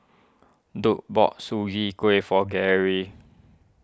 Duke bought Sugee for Garry